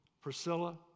Priscilla